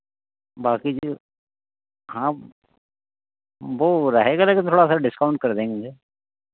बाकी जो हाँ वह रहेगा रहेगा थोड़ा सा डिस्काउंट कर देंगे